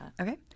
Okay